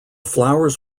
flowers